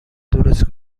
درست